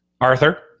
Arthur